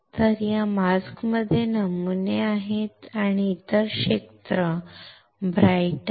तर या मास्क मध्ये नमुने आहेत आणि इतर क्षेत्र चमकदार आहे